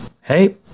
Hey